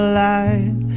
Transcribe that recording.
light